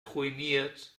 ruiniert